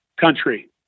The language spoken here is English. country